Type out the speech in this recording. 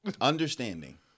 understanding